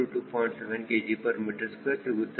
7 kgm2 ಸಿಗುತ್ತದೆ